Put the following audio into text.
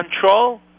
control